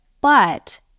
but-